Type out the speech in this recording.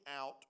out